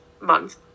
month